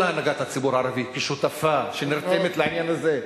את כל ההנהגה הערבית כשותפה שנרתמת לעניין הזה.